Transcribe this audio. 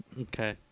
Okay